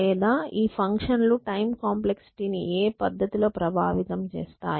లేదా ఈ ఫంక్షన్ లు టైం కాంప్లెక్సిటీ ని ఏ పద్ధతిలో ప్రభావితం చేస్తాయి